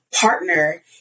partner